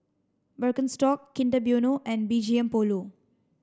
Birkenstock Kinder Bueno and B G M Polo